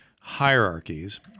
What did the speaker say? hierarchies